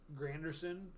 Granderson